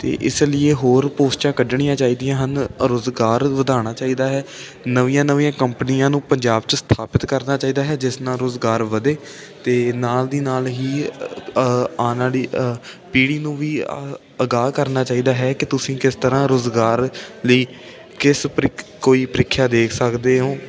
ਅਤੇ ਇਸ ਲੀਏ ਹੋਰ ਪੋਸਟਾਂ ਕੱਢਣੀਆਂ ਚਾਹੀਦੀਆਂ ਹਨ ਔਰ ਰੁਜ਼ਗਾਰ ਵਧਾਉਣਾ ਚਾਹੀਦਾ ਹੈ ਨਵੀਆਂ ਨਵੀਆਂ ਕੰਪਨੀਆਂ ਨੂੰ ਪੰਜਾਬ 'ਚ ਸਥਾਪਿਤ ਕਰਨਾ ਚਾਹੀਦਾ ਹੈ ਜਿਸ ਨਾਲ ਰੁਜ਼ਗਾਰ ਵਧੇ ਅਤੇ ਨਾਲ ਦੀ ਨਾਲ ਹੀ ਆਉਣ ਵਾਲੀ ਪੀੜ੍ਹੀ ਨੂੰ ਵੀ ਅਗਾਹ ਕਰਨਾ ਚਾਹੀਦਾ ਹੈ ਕਿ ਤੁਸੀਂ ਕਿਸ ਤਰ੍ਹਾਂ ਰੁਜ਼ਗਾਰ ਲਈ ਕਿਸ ਪ੍ਰੀਖ ਕੋਈ ਪ੍ਰੀਖਿਆ ਦੇ ਸਕਦੇ ਹੋ